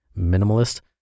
Minimalist